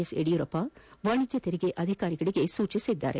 S Yediyurappa ವಾಣಿಜ್ಯ ತೆರಿಗೆ ಅಧಿಕಾರಿಗಳಿಗೆ ಸೂಚಿಸಿದ್ದಾರೆ